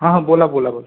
हा हा बोला बोला बोला